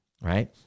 right